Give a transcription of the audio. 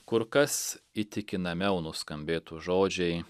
kur kas įtikinamiau nuskambėtų žodžiai